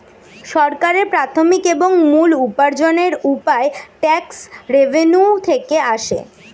সরকারের প্রাথমিক এবং মূল উপার্জনের উপায় ট্যাক্স রেভেন্যু থেকে আসে